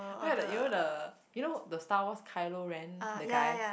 where are the you know the you know the Star-Wars Kylo-Ren the guy